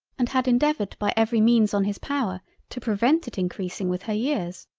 and had endeavoured by every means on his power to prevent it encreasing with her years.